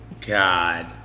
God